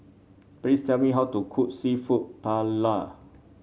please tell me how to cook seafood Paella